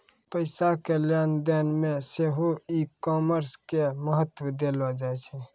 पैसा के लेन देनो मे सेहो ई कामर्स के महत्त्व देलो जाय छै